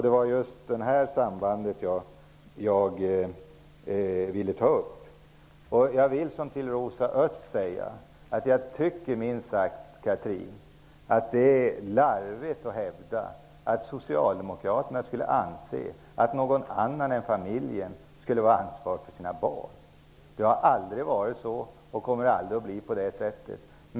Det var det sambandet jag ville ta upp. Precis som jag sade till Rosa Östh tycker jag, Chatrine Pålsson, att det är larvigt att hävda att Socialdemokraterna skulle anse att någon annan än familjen skall ha ansvaret för barnen. Det har aldrig varit så och kommer aldrig att vara så.